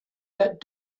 that